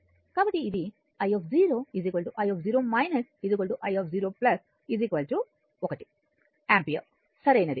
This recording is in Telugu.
కాబట్టి ఇది i i i0 1 యాంపియర్ సరైనది